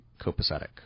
copacetic